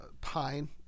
pine